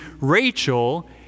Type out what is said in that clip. Rachel